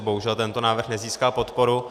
Bohužel tento návrh nezískal podporu.